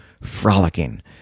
frolicking